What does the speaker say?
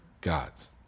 gods